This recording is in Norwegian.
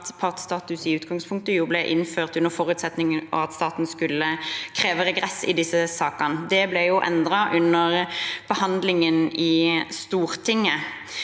partsstatus i utgangspunktet ble innført under forutsetning av at staten skulle kreve regress i disse sakene. Det ble endret under behandlingen i Stortinget.